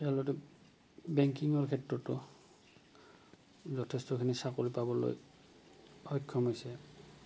তেওঁলোক বেংকিঙৰ ক্ষেত্ৰতো যথেষ্টখিনি চাকৰি পাবলৈ সক্ষম হৈছে